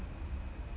mm